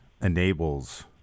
enables